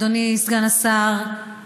אדוני סגן השר,